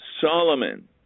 Solomon